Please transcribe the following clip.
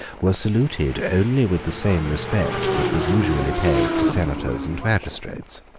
were saluted only with the same respect that was usually paid to senators and magistrates.